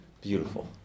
Beautiful